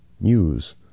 news